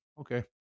Okay